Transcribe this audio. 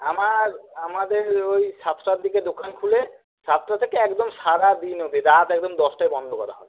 আমার আমাদের ওই সাতটার দিকে দোকান খোলে সাতটা থেকে একদম সারাদিন অব্দি রাত একদম দশটায় বন্ধ করা হয়